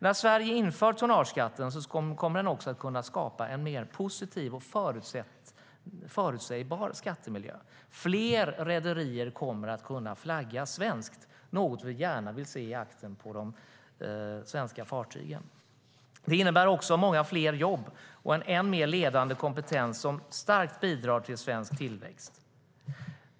När Sverige inför tonnageskatt kommer vi också att få en mer positiv och förutsägbar skattemiljö. Fler rederier kommer att kunna flagga svenskt, och vi vill ju gärna se svenska flaggan i aktern på de svenska fartygen. Det innebär också många fler jobb och en ännu mer ledande kompetens som starkt bidrar till svensk tillväxt.